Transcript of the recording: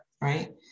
right